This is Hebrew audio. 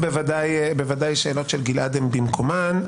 --- בוודאי שהשאלות של גלעד הן במקומן,